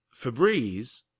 Febreze